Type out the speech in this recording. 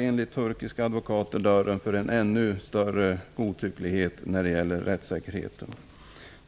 Enligt turkiska advokater öppnar lagen dörren för en ännu större godtycklighet när det gäller rättssäkerheten.